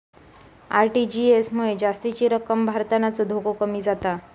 RTGS मुळे जास्तीची रक्कम भरतानाचो धोको कमी जाता